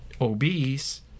obese